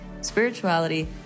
spirituality